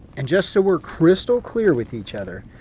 and just so we're crystal clear with each other.